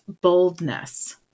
boldness